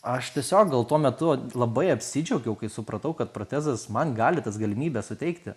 aš tiesiog gal tuo metu labai apsidžiaugiau kai supratau kad protezas man gali tas galimybes suteikti